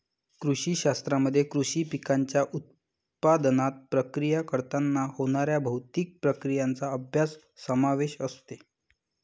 कृषी शास्त्रामध्ये कृषी पिकांच्या उत्पादनात, प्रक्रिया करताना होणाऱ्या भौतिक प्रक्रियांचा अभ्यास समावेश असते